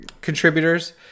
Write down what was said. contributors